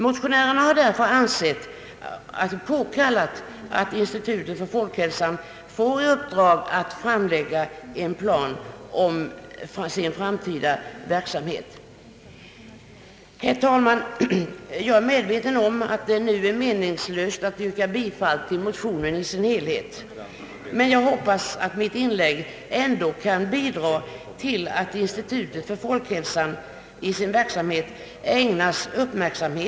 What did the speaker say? Motionärerna har därför ansett det påkallat att institutet för folkhälsan får i uppdrag att framlägga en plan för sin framtida informationsverksamhet. Herr talman! Jag är medveten om att det nu är meningslöst att yrka bifall till motionerna som helhet, men jag hoppas att mitt inlägg ändå kan bidra till att motionärernas synpunkter angående Folkhälsans verksamhet ägnas uppmärksamhet.